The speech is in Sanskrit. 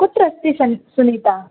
कुत्र अस्ति सन् सुनीता